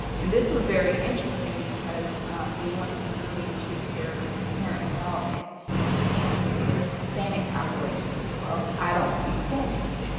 and this was very interesting, because they wanted to really increase their parent involvement and their hispanic population. well, i don't speak spanish.